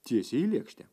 tiesiai į lėkštę